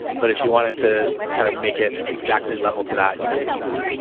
but if you wanted to kind of make it exactly level to that, you can use that.